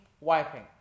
wiping